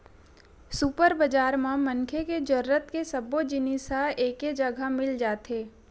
super बजार म मनखे के जरूरत के सब्बो जिनिस ह एके जघा म मिल जाथे